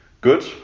good